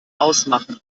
ausmachen